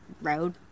road